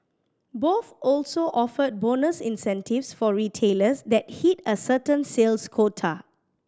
both also offered bonus incentives for retailers that hit a certain sales quota